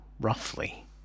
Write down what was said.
roughly